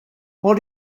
what